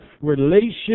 relationship